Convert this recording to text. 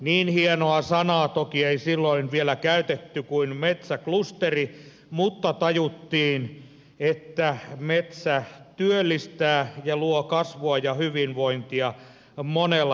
niin hienoa sanaa toki ei silloin vielä käytetty kuin metsäklusteri mutta tajuttiin että metsä työllistää ja luo kasvua ja hyvinvointia monella tapaa